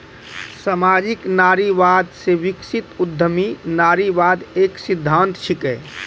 सामाजिक नारीवाद से विकसित उद्यमी नारीवाद एक सिद्धांत छिकै